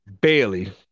Bailey